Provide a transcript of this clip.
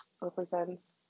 represents